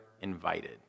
invited